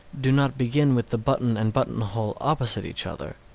do not begin with the button and button-hole opposite each other,